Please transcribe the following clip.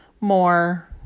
more